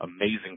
amazing